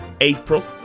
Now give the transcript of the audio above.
April